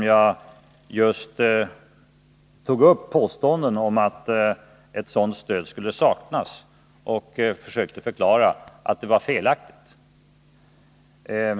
Jag tog ju upp påståendet att ett sådant stöd skulle saknas och försökte förklara att det var felaktigt.